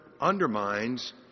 undermines